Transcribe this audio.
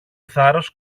θάρρος